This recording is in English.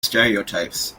stereotypes